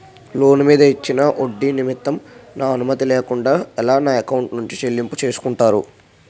Loan మీద ఇచ్చిన ఒడ్డి నిమిత్తం నా అనుమతి లేకుండా ఎలా నా ఎకౌంట్ నుంచి చెల్లింపు చేసుకుంటారు?